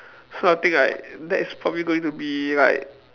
so I think like that is probably going to be like